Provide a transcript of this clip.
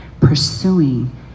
pursuing